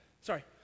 Sorry